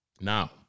Now